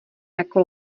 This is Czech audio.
jako